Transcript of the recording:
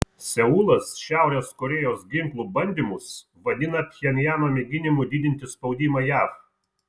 seulas šiaurės korėjos ginklų bandymus vadina pchenjano mėginimu didinti spaudimą jav